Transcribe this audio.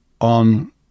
on